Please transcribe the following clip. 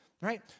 right